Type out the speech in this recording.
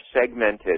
segmented